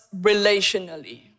relationally